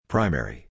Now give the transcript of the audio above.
Primary